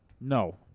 No